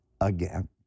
again